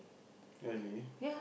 really